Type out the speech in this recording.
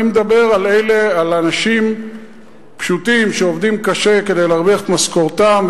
אני מדבר על אנשים פשוטים שעובדים קשה כדי להרוויח את משכורתם,